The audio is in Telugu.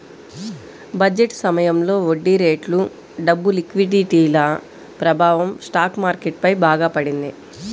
బడ్జెట్ సమయంలో వడ్డీరేట్లు, డబ్బు లిక్విడిటీల ప్రభావం స్టాక్ మార్కెట్ పై బాగా పడింది